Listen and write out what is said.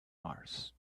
mars